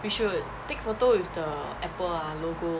we should take photo with the apple ah logo